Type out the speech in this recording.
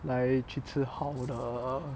来去吃好的